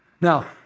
Now